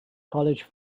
college